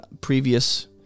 previous